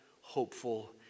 hopeful